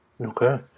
Okay